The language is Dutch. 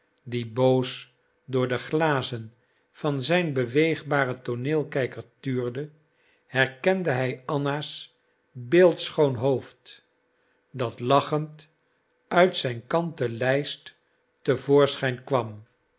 die boos door de glazen van zijn beweegbaren tooneelkijker tuurde herkende hij anna's beeldschoon hoofd dat lachend uit zijn kanten lijst te voorschijn kwam